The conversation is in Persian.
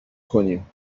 کنیم